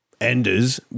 Enders